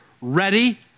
ready